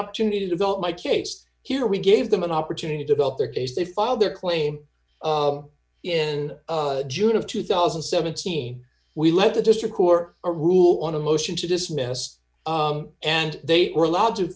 opportunity to develop my case here we gave them an opportunity develop their case they filed their claim in june of two thousand and seventeen we let the district who are a rule on a motion to dismiss and they were allowed to